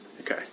Okay